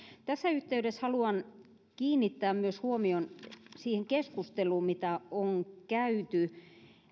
tässä yhteydessä haluan kiinnittää huomion myös siihen keskusteluun mitä on käyty